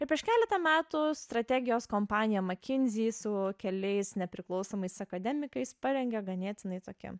ir prieš keletą metų strategijos kompanija mckinsey su keliais nepriklausomais akademikais parengė ganėtinai tokį